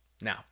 Now